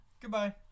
Goodbye